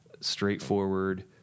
straightforward